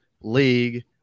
league